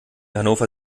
hannover